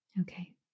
Okay